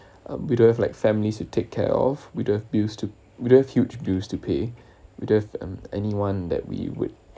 uh we don't have like families to take care of we don't have bills to we don't have huge bills to pay we do anyone that we would